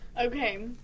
Okay